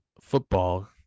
football